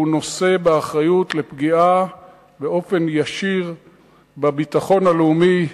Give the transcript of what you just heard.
והוא נושא באחריות לפגיעה באופן ישיר בביטחון הלאומי,